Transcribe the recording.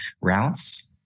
routes